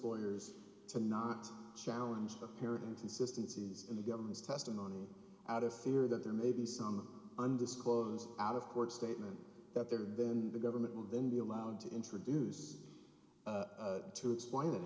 lawyers to not challenge the parent consistencies in the government's testimony out of fear that there may be some undisclosed out of court statement that they're then the government will then be allowed to introduce to explain